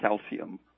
calcium